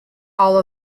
all